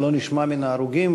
שלא נשמע מהרוגים,